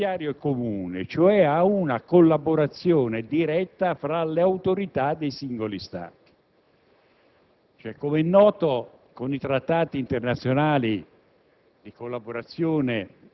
uno spazio giudiziario comune, cioè ad una collaborazione diretta tra le autorità dei singoli Stati. Come è noto, con i trattati internazionali